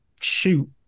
shoot